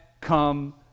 come